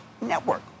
Network